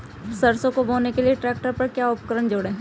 सरसों को बोने के लिये ट्रैक्टर पर क्या उपकरण जोड़ें?